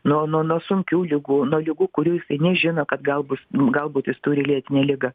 nuo nuo nuo sunkių ligų nuo ligų kurių jisai nežino kad gal bus galbūt jis turi lėtinę ligą